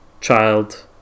child